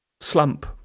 slump